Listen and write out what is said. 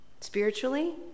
spiritually